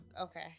Okay